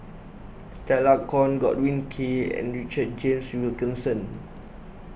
Stella Kon Godwin Koay and Richard James Wilkinson